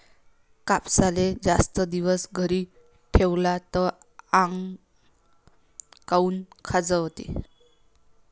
कापसाले जास्त दिवस घरी ठेवला त आंग काऊन खाजवते?